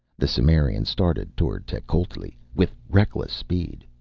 the cimmerian started toward tecuhltli with reckless speed.